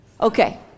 Okay